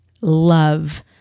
love